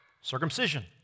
circumcision